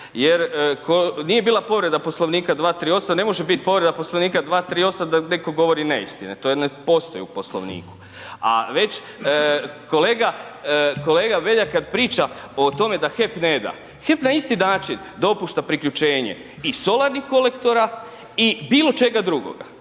jer nije bila povreda Poslovnika 238., ne može biti povreda Poslovnika 238. da netko govori neistine, to ne postoji u Poslovniku. A već kolega Beljak kada priča o tome da HEP ne da. HEP na isti način dopušta priključenje i solarnih kolektora i bilo čega drugoga.